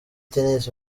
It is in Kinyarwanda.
tennis